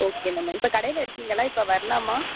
okay ma'am இப்போ கடையில் இருக்கீங்களா இப்போ வர்லாமா